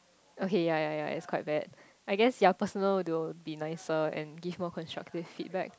okay ya ya ya it's quite bad I guess your personal they'll be nicer and give more constructive feedback